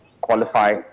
qualify